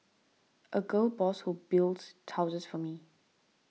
a gal boss who builds houses for me